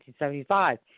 1975